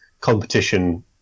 competition